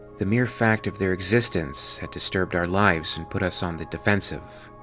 the mere fact of their existence had distrubted our lives and put us on the defensive.